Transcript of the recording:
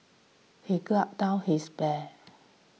he gulped down his beer